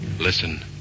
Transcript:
Listen